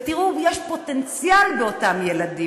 ותראו, יש פוטנציאל באותם ילדים.